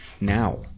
now